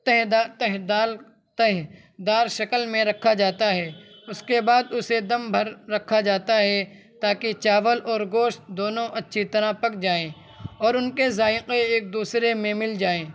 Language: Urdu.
تہ تہ دار تہ دار شکل میں رکھا جاتا ہے اس کے بعد اسے دم بھر رکھا جاتا ہے تاکہ چاول اور گوشت دونوں اچھی طرح پک جائیں اور ان کے ذائقے ایک دوسرے میں مل جائیں